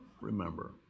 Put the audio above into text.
remember